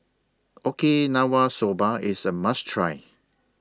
Okinawa Soba IS A must Try